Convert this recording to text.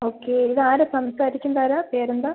okay ഇത് ആരാണ് സംസാരിക്കുന്നതാരാണ് പേര് എന്താണ്